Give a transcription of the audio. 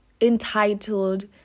entitled